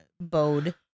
bowed